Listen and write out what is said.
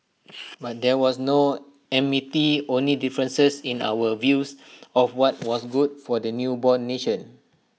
but there was no enmity only differences in our views of what was good for the newborn nation